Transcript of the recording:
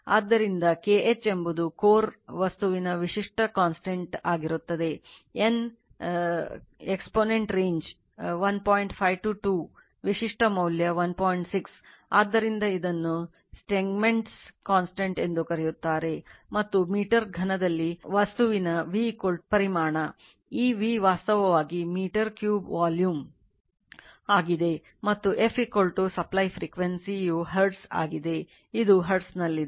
ಆದ್ದರಿಂದ ಈಗ hysteresis ಖಾತೆಯಲ್ಲಿನ power loss ವು ಹರ್ಟ್ಜ್ ಆಗಿದೆ ಇದು ಹರ್ಟ್ಜ್ನಲ್ಲಿದೆ